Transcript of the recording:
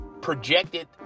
projected